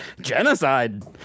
genocide